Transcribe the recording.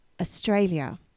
Australia